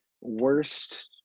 worst